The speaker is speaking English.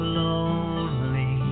lonely